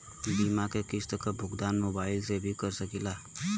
बीमा के किस्त क भुगतान मोबाइल से भी कर सकी ला?